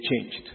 changed